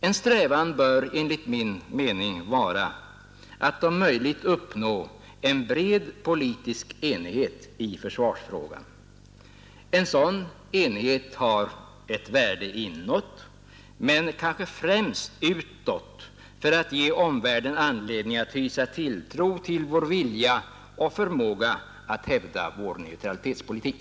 En strävan bör vara att om möjligt uppnå en bred politisk enighet i försvarsfrågan. En sådan enighet har ett värde inåt men kanske främst utåt för att ge omvärlden anledning att hysa tilltro till vår vilja och förmåga att hävda vår neutralitetspolitik.